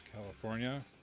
California